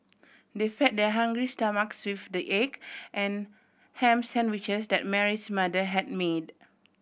they fed their hungry stomachs with the egg and ham sandwiches that Mary's mother had made